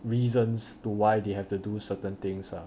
reasons to why they have to do certain things lah